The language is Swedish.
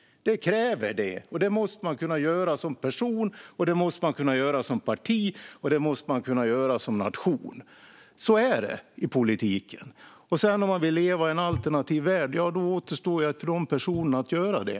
Det kräver det, och det måste man kunna göra som person, det måste man kunna göra som parti och det måste man kunna göra som nation. Så är det i politiken. Om man sedan vill leva i en alternativ värld återstår det för de personer som vill att göra det.